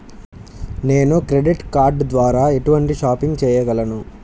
నేను credit card ద్వార ఎటువంటి షాపింగ్ చెయ్యగలను?